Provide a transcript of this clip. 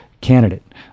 candidate